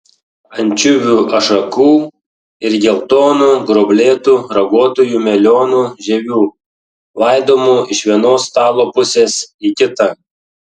ančiuvių ašakų ir geltonų gruoblėtų raguotųjų melionų žievių laidomų iš vienos stalo pusės į kitą